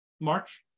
March